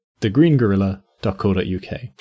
thegreengorilla.co.uk